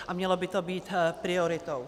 A mělo by to být prioritou.